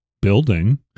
building